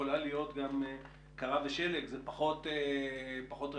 אצלכם קרה ושלג זה אולי פחות רלוונטי